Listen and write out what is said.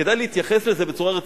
כדאי להתייחס לזה בצורה רצינית.